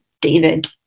David